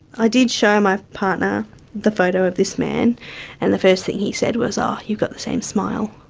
i did show my partner the photo of this man and the first thing he said was, oh you've got the same smile.